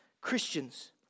Christians